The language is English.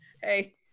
Hey